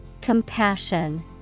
Compassion